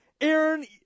Aaron